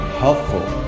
helpful